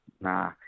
nah